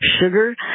sugar